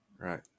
Right